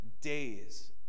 Days